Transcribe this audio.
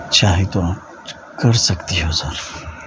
چاہے تو آپ کر سکتے ہو صرف